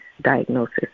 diagnosis